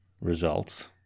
results